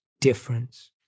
difference